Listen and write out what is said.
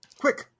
Quick